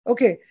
Okay